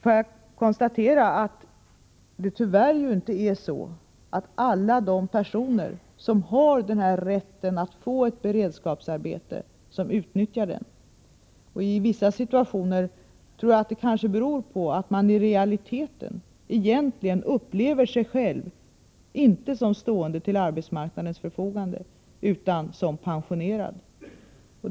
Jag konstaterar att det tyvärr inte är så att alla de personer som har denna rätt att få ett beredskapsarbete utnyttjar den. I vissa situationer tror jag att det kanske beror på att man i realiteten inte upplever sig själv som stående till arbetsmarknadens förfogande, utan som pensionerad.